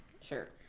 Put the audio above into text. sure